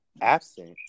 absent